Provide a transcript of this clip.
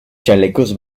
chalecos